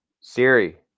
Siri